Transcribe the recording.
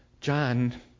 John